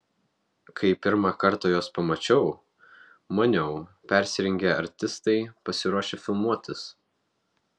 kai pirmą kartą juos pamačiau maniau persirengę artistai pasiruošę filmuotis